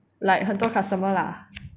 like 很多 customer lah